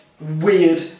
weird